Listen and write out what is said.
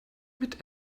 mit